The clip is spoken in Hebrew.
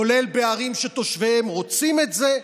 כולל בערים שתושביהן רוצים את זה,